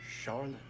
Charlotte